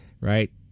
right